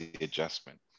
adjustment